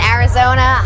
Arizona